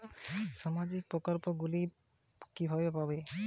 সামাজিক প্রকল্প গুলি কিভাবে পাব?